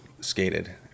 skated